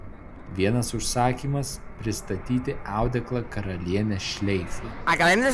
vienas užsakymas pristatyti audeklą karalienės šleifui